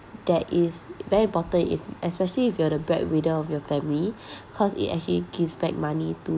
that is very important if especially if you are the breadwinner of your family cause it actually gives back money to